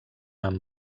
amb